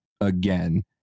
again